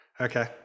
Okay